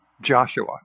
Joshua